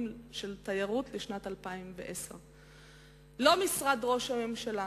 של התיירות בשנת 2010. לא משרד ראש הממשלה,